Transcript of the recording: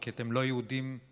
כי אתם לא יהודים מספיק,